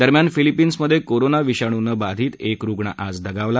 दरम्यान फिलिपीन्समध्ये कोरोना विषाणूनं बाधित एक रुग्ण आज दगावला